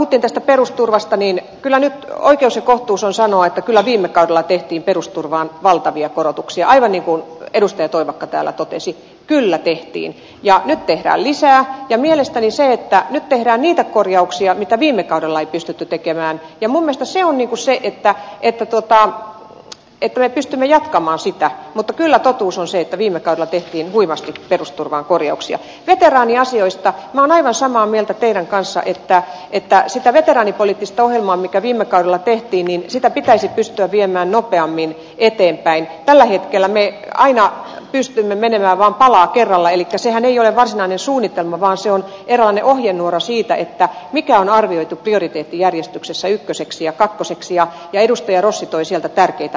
idästä perusturvasta niin kyllä oikeus ja kohtuus on sanoo että kyllä viime kaudella tehtiin perusturvaan valtavia korotuksia aivan niin kuin edustaja toivakka täällä totesi kyllä tehtiin ja kuntarakenneuudistus tehdään lisää ja mielestäni se ei tahdo tehdä niitä korjauksia mitä viime kaudella pystytty tekemään lumesta se on joku selittää että totta että pystymme jatkamaan sitä mutta kyllä totuus on se että viinakaupat tehtiin huimasti perusturvaan korjauksia mitäänoin ja asioista on aivan samaa mieltä teiden kanssa että pitää sitä veteraanipoliittista ohjelmaa mikä viime kaudella tehtiin niin sitä pitäisi pystyä viemään nopeammin eteenpäin tällä hetkellä me aina pystymme menemään vain tällä kerralla elikkä sehän ei ole varsinainen suunnitelma vaan se on eron ohjenuora siitä että mikä on arvioitu prioriteettijärjestyksessä ykköseksi ja kakkoseksi ja edustaja rossi toisilta tärkeitä